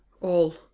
All